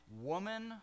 woman